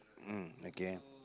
hmm okay